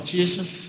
Jesus